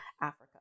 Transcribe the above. Africa